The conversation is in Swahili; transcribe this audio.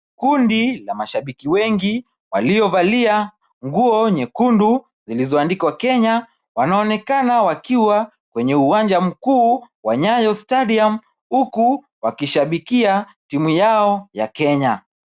Kundi la mashabiki wengi walio valia nguo nyekundu zilizo andikwa Kenya wanaonekana wakiwa kwenye uwanja mkuu wa nyayo stadium huku wakishabikia timu yao ya Kenya.